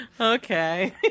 okay